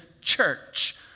church